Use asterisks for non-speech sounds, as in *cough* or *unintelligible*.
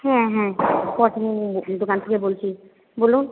হুম হুম *unintelligible* দোকান থেকে বলছি বলুন